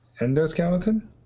Endoskeleton